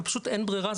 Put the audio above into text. אבל פשוט אין ברירה,